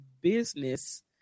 business